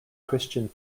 christian